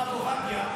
הרב עובדיה,